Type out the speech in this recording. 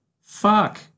fuck